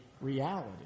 reality